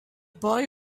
boy